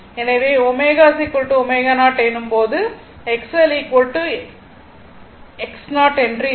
எனவே ωω0 எனும் போது XX0 என இருக்கும்